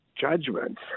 judgment